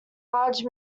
large